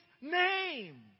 name